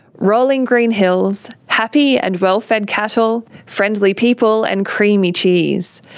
rolling green hills, happy and well-fed cattle, friendly people and creamy cheese.